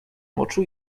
moczu